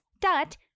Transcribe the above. dot